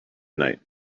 night